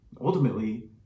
Ultimately